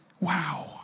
Wow